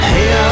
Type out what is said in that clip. Hey